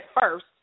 first